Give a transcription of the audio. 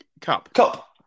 Cup